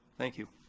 thank you.